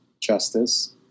justice